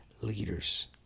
leaders